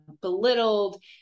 belittled